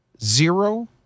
zero